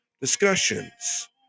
discussions